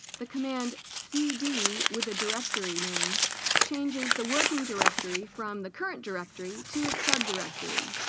the command cd with a directory name changes the working directory from the current directory to its sub directory